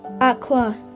Aqua